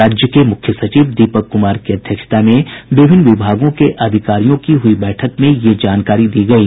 राजय के मुख्य सचिव दीपक कुमार की अध्यक्षता में विभिन्न विभागों के अधिकारियों की हुई बैठक में यह जानकारी दी गयी